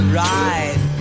ride